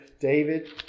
David